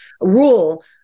rule